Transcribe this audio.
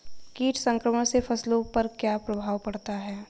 कीट संक्रमण से फसलों पर क्या प्रभाव पड़ता है?